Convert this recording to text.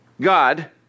God